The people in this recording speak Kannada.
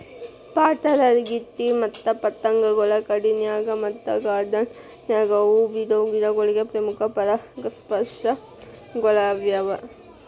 ಪಾತರಗಿತ್ತಿ ಮತ್ತ ಪತಂಗಗಳು ಕಾಡಿನ್ಯಾಗ ಮತ್ತ ಗಾರ್ಡಾನ್ ನ್ಯಾಗ ಹೂ ಬಿಡೋ ಗಿಡಗಳಿಗೆ ಪ್ರಮುಖ ಪರಾಗಸ್ಪರ್ಶಕಗಳ್ಯಾವ